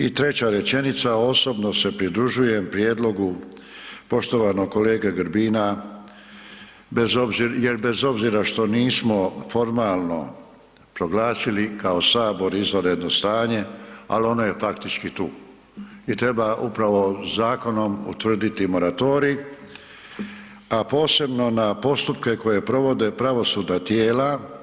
I treća rečenica osobno se pridružujem prijedlogu poštovanog kolege Grbina bez obzira, jer bez obzira što nismo formalno proglasili kao sabor izvanredno stanje, ali ono je faktički tu i treba upravo zakonom utvrditi moratorij, a posebno na postupke koje provode pravosudna tijela.